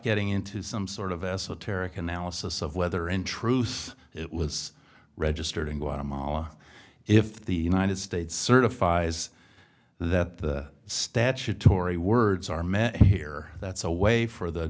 getting into some sort of esoteric analysis of whether in truth it was registered in guatemala if the united states certifies that the statutory words are met here that's a way for the